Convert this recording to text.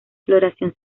floración